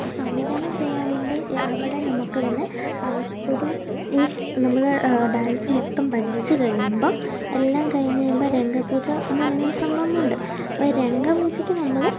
സംവിധാനം ചെയ്യാൻ വേണ്ടി അവിടെ നമുക്ക് തന്നെ ഒരു ഈ നമ്മൾ ഡാൻസ് മൊത്തം പഠിച്ചു കഴിയുമ്പം എല്ലാം കഴിഞ്ഞ് കഴിയുമ്പം രംഗപൂജ എന്നുപറയുന്ന ഒരു സംഭവമുണ്ട് അപ്പോൾ രംഗപൂജയ്ക്ക് നമ്മൾ